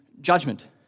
judgment